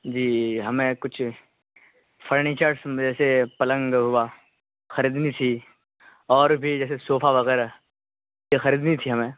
جی ہمیں کچھ فرنیچرس جیسے پلنگ ہوا خریدنی تھی اور بھی جیسے صوفہ وغیرہ یہ خریدنی تھی ہمیں